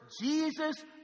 Jesus